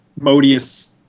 modius